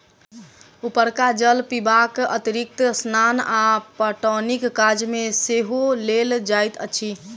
उपरका जल पीबाक अतिरिक्त स्नान आ पटौनीक काज मे सेहो लेल जाइत अछि